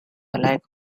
alike